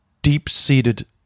deep-seated